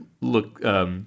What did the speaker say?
look –